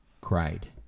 cried